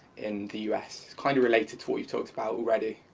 in the us? kind of relate it to what you talked about already.